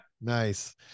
Nice